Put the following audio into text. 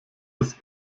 bis